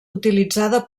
utilitzada